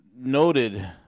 noted